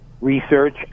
research